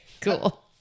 cool